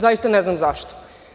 Zaista ne znam zašto?